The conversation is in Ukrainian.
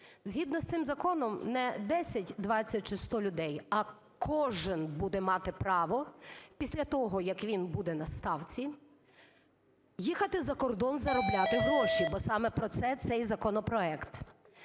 Згідно з цим законом не 10, 20 чи 100 людей, а кожен буде мати право після того, як він буде на ставці, їхати за кордон заробляти гроші, бо саме про це цей законопроект.